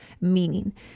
Meaning